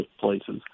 places